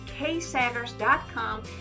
ksanders.com